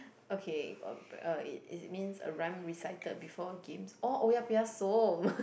okay but uh it it means a rhyme recited before games oh oya-beh-ya-som